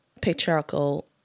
patriarchal